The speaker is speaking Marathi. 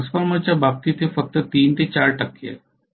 तर ट्रान्सफॉर्मरच्या बाबतीत ते फक्त 3 4 टक्के आहे